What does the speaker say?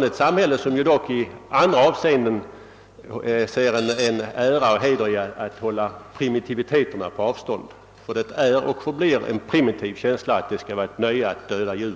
vårt samhälle, där vi ju sätter en ära i att hålla primitiviteten på avstånd. Det är och förblir en primitiv känsla att det skall vara ett nöje att döda djur.